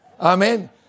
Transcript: Amen